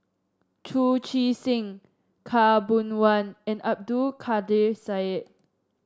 Chu Chee Seng Khaw Boon Wan and Abdul Kadir Syed